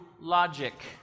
logic